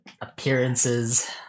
appearances